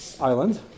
island